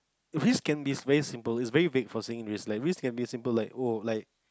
risk can be very simple is very vague for saying risk like risk can be simple like !wow! like